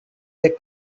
they